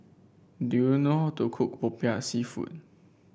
do you know how to cook popiah seafood